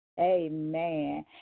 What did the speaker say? Amen